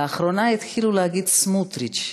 לאחרונה התחילו להגיד סמוּטריץ,